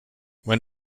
when